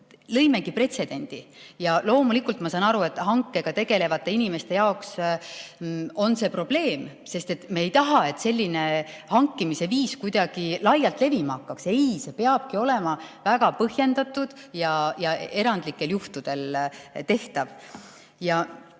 lõimegi pretsedendi. Ja loomulikult ma saan aru, et hankega tegelevate inimeste jaoks on see probleem, sest me ei taha, et selline hankimise viis kuidagi laialt levima hakkaks. Ei, see peabki olema väga põhjendatud ja erandlikel juhtudel tehtav. Minu